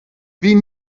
wie